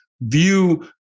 view